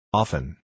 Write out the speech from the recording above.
often